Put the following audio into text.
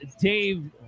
Dave